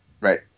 Right